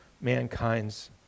mankind's